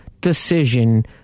decision